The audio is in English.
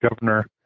governor